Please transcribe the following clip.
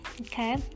Okay